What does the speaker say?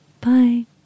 Bye